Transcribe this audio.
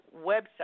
website